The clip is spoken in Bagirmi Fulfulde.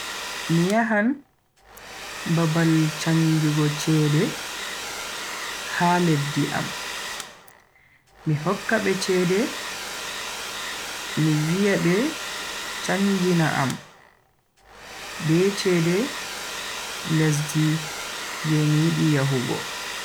Mi yahan babal chanjugo cede ha leddi am, mi hokka be cede mi viya be chanjina am be cede lesdi je mi yidi yahugo.